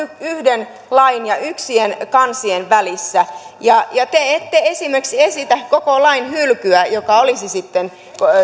yhden lain ja yksien kansien välissä te ette esimerkiksi esitä koko lain hylkyä mikä olisi sitten